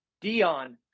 Dion